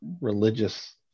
religious